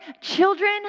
Children